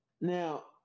Now